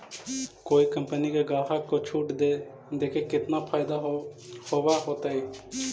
कोई कंपनी के ग्राहक के छूट देके केतना फयदा होब होतई?